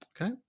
Okay